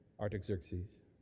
Artaxerxes